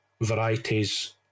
varieties